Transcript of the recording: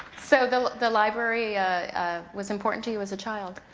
so the the library was important to you as a child?